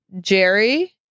Jerry